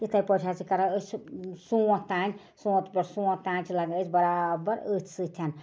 یِتھٕے پٲٹھۍ حظ چھِ کران أسۍ چھِ سونٛتھ تام سونٛتھٕ پٮ۪ٹھ سونٛتھ تام چھِ لَگان أسۍ برابر أتھۍ سۭتۍ